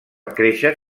créixer